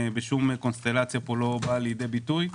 בשום קונסטלציה לא בא לידי ביטוי.